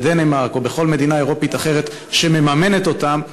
בדנמרק או בכל מדינה אירופית אחרת שמממנת אותם,